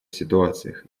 ситуациях